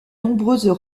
nombreuses